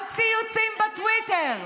על ציוצים בטוויטר.